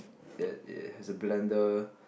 that is has a blender